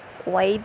Kuwait